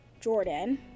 Jordan